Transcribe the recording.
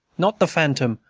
not the phantom,